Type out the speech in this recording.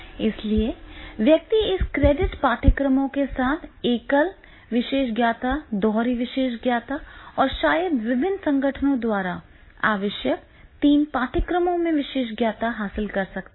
इसलिए व्यक्ति इस क्रेडिट पाठ्यक्रमों के साथ एकल विशेषज्ञता दोहरी विशेषज्ञता और शायद विभिन्न संगठनों द्वारा आवश्यक तीन पाठ्यक्रमों में विशेषज्ञता हासिल कर सकता है